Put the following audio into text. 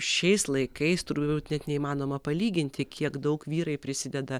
šiais laikais turbūt net neįmanoma palyginti kiek daug vyrai prisideda